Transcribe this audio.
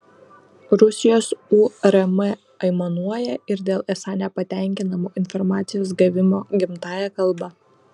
rusijos urm aimanuoja ir dėl esą nepatenkinamo informacijos gavimo gimtąja kalba